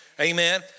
amen